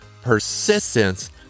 Persistence